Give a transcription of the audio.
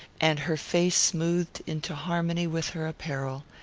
and her face smoothed into harmony with her apparel,